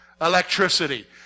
Electricity